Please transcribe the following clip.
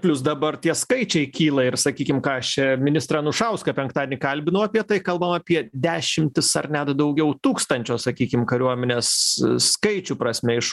plius dabar tie skaičiai kyla ir sakykim ką aš čia ministrą anušauską penktadienį kalbinau apie tai kalbam apie dešimtis ar net daugiau tūkstančių sakykim kariuomenės skaičių prasme iš